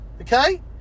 okay